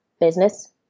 business